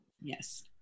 Yes